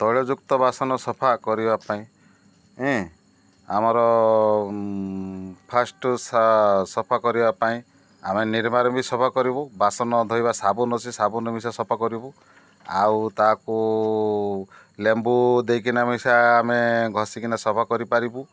ତୈଳଯୁକ୍ତ ବାସନ ସଫା କରିବା ପାଇଁ ଆମର ଫାର୍ଷ୍ଟ ସଫା କରିବା ପାଇଁ ଆମେ ନିର୍ମା ବି ସଫା କରିବୁ ବାସନ ଧୋଇବା ସାବୁନ ଅଛି ସାବୁନ ମିିଶା ସଫା କରିବୁ ଆଉ ତାକୁ ଲେମ୍ବୁ ଦେଇକିନା ମିିଶା ଆମେ ଘଷିକିନା ସଫା କରିପାରିବୁ